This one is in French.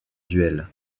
duel